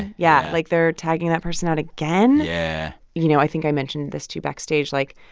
and yeah like, they're tagging that person out again yeah you know, i think i mentioned this to you backstage. like,